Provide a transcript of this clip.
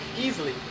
easily